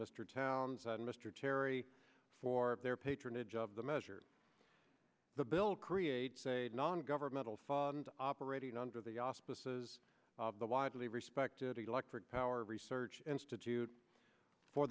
mr towns and mr terry for their patronage of the measure the bill creates a non governmental fund operating under the auspices of the widely respected electric power research institute for